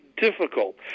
difficult